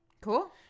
Cool